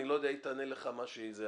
היא תענה לך מה שתענה.